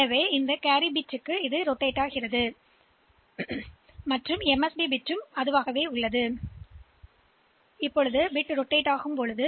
எனவே இந்த carry bit மூலம் நாம் அதை சுழற்றுகிறோம் அதே பிட் எம்எஸ்பி பிட் அது கேரிக்கு செல்லும் மற்றும் குறைந்த குறிப்பிடத்தக்க நிலைக்கு செல்கிறது இப்போது இந்த பிட் சுழலும் போது